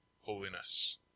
holiness